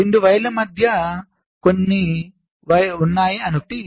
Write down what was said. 2 వైర్లు కొన్ని ఉన్నాయి అని అనుకోండి